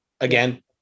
again